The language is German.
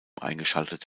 eingeschaltet